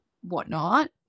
whatnot